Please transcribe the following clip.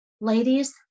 Ladies